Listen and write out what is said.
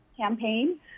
campaign